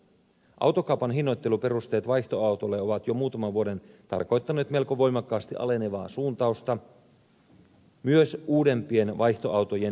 autokaupan hinnoitteluperusteet vaihtoautolle ovat jo muutaman vuoden tarkoittaneet melko voimakkaasti alenevaa suuntausta myös uudempien vaihtoautojen hyvityshinnoille